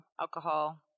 alcohol